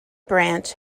branch